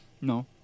No